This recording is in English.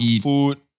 food